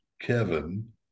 Kevin